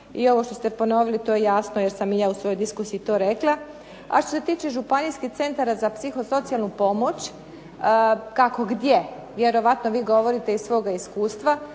I ovo što ste ponovili to je jasno jer sam i ja u svojoj diskusiji to rekla. A što se tiče županijskih centara za psihosocijalnu pomoć kako gdje, vjerojatno vi govorite iz svog iskustva,